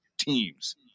teams